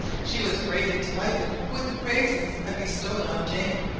she was greatly delighted with the praises i bestowed on jane.